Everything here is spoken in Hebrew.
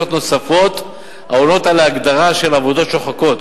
נוספות העונות על ההגדרה של עבודות שוחקות,